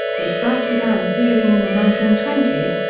it first began appearing in the nineteen twenty s,